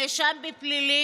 נאשם בפלילים,